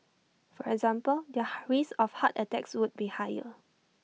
for example their risk of heart attacks would be higher